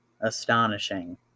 Astonishing